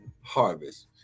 harvest